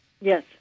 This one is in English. Yes